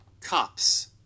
Cops